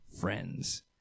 friends